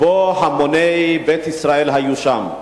והמוני בית ישראל היו שם.